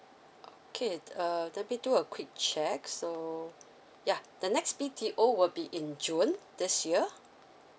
okay err let me do a quick check so yeah the next B_T_O would be in june this year